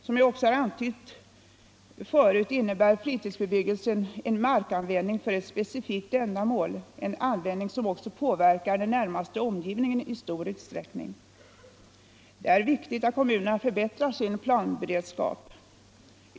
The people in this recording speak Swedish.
Som jag också har antytt förut innebär fritidsbebyggelsen en markanvändning för ett specifikt ändamål — en användning som också påverkar den närmaste omgivningen i stor utsträckning. Det är viktigt att kommunerna förbättrar sin planberedskap.